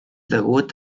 degut